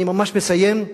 אני מסיים.